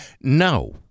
no